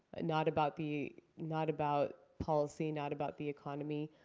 not about the not about policy, not about the economy.